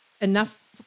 enough